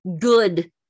good